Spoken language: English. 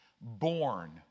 born